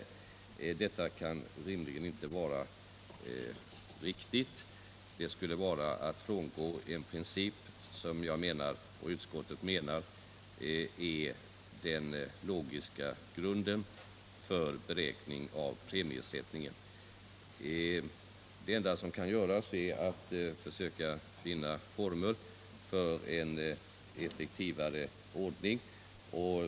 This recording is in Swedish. Detta kan inte rimligen vara riktigt. Det skulle vara att frångå en princip som jag och utskottet menar är den logiska grunden för beräkningen vid premiesättningen. Det enda som kan göras är att försöka finna former för en effektivare ordning.